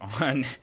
on